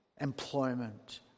employment